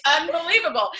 unbelievable